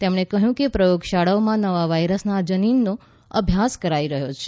તેમણે કહ્યું કે પ્રયોગશાળાઓમાં નવા વાયરસના જનીનનો અભ્યાસ કરાઈ રહ્યો છે